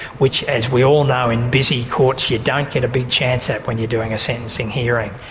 which as we all know in busy courts you don't get a big chance at when you're doing a sentencing hearing.